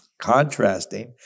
contrasting